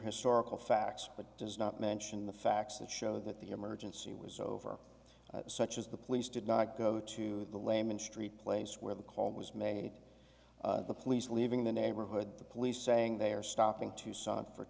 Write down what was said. historical facts but does not mention the facts that show that the emergency was over such as the police did not go to the layman street place where the call was made the police leaving the neighborhood the police saying they are stopping tucson for